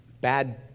bad